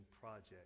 Project